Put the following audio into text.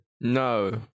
No